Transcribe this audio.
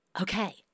Okay